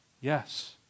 Yes